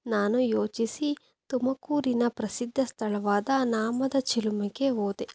ನಾನು ಯೋಚಿಸಿ ತುಮಕೂರಿನ ಪ್ರಸಿದ್ಧ ಸ್ಥಳವಾದ ನಾಮದ ಚಿಲುಮೆಗೆ ಹೋದೆ